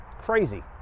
Crazy